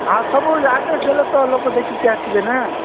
ହଁ ସବୁ ଆଡ୍ରେସ୍ ଦେଲେ ତ ଲୋକ ଦେଖିକି ଆସିବେ ନା